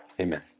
Amen